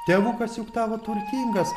tėvukas juk tavo turtingas